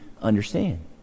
understand